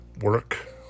work